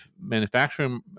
manufacturing